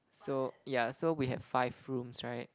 so ya so we have five rooms right